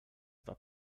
dwa